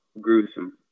gruesome